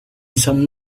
some